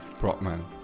Brockman